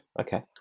okay